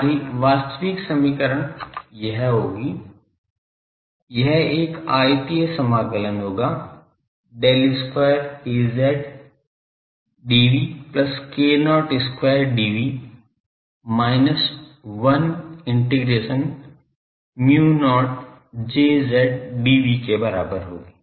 हमारी वास्तविक समीकरण यह होगी यह एक आयतिय समाकलन होगा Del square Az dv plus k0 square dv minus 1 integration mu not Jz dv के बराबर होगी